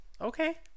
Okay